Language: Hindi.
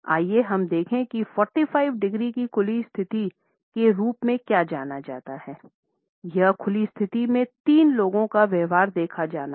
आइए हम देखें कि 45 डिग्री की खुली स्थिति के रूप में क्या जाना जाता है इस खुली स्थिति में तीन लोगों का व्यवहार देखा जाना है